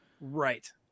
right